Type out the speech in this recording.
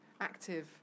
active